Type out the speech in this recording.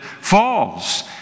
falls